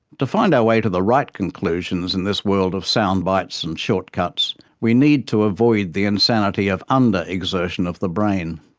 to find our way to the right conclusions in this world of soundbites and shortcuts we need to avoid the insanity of under-exertion of the brain.